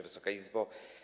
Wysoka Izbo!